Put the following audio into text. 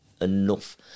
enough